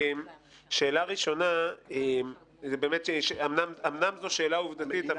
שאלה ראשונה אומנם זו שאלה עובדתית,